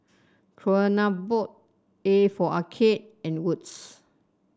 Kronenbourg A for Arcade and Wood's